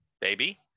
baby